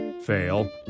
Fail